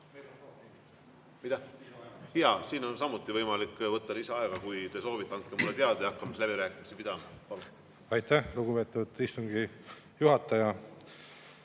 Siin on samuti võimalik võtta lisaaega, kui te soovite. Andke mulle teada ja hakkame siis läbirääkimisi pidama. Aitäh, lugupeetud istungi juhataja!